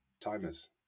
timers